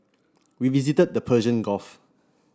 we visited the Persian Gulf